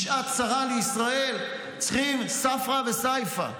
בשעת צרה לישראל צריכים ספרא וסייפא.